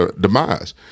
demise